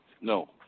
no